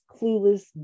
clueless